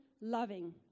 loving